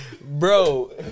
Bro